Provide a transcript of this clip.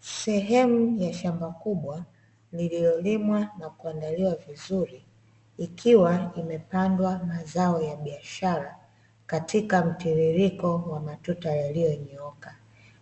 Sehemu ya shamba kubwa, lililolimwa na kuandaliwa vizuri, likiwa limepandwa mazao ya biashara katika mtiririko wa matuta yaliyonyooka,